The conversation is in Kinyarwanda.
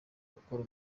gukora